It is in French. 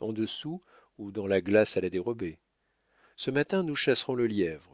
en dessous ou dans la glace à la dérobée ce matin nous chasserons le